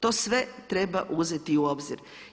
To sve treba uzeti u obzir.